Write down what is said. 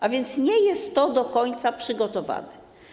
A więc nie jest to do końca przygotowane.